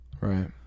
right